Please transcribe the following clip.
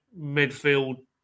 midfield